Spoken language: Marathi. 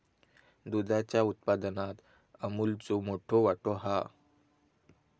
दुधाच्या उत्पादनात अमूलचो मोठो वाटो हा